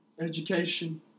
Education